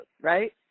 right